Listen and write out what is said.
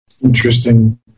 Interesting